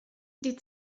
die